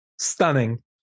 stunning